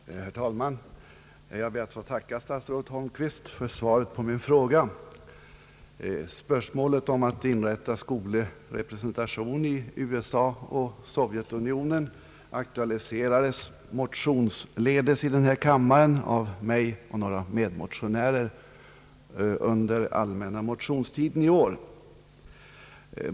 Herr talman! Jag ber att få tacka statsrådet Holmqvist för svaret på min fråga. Spörsmålet om att inrätta skoglig representation i USA och Sovjetunionen aktualiserades motionsledes i den här kammaren av mig och några andra ledamöter under den allmänna motionstiden i år.